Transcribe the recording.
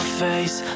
face